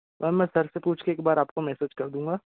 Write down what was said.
ma'am मैं sir से पूछ के एक बार आपको मैसेज कर दूँगा